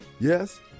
Yes